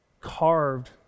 carved